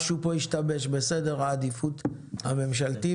משהו פה השתבש בסדר העדיפות הממשלתית.